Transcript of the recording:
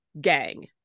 gang